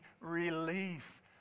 relief